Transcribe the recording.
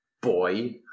boy